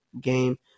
game